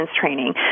training